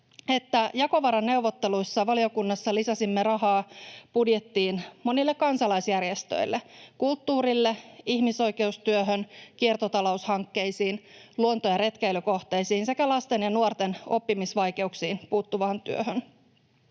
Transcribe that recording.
jakovaraneuvotteluissa valiokunnassa lisäsimme rahaa budjettiin monille kansalaisjärjestöille, kulttuurille, ihmisoikeustyöhön, kiertotaloushankkeisiin, luonto- ja retkeilykohteisiin sekä lasten ja nuorten oppimisvaikeuksiin puuttuvaan työhön.